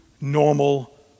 normal